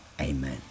amen